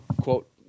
quote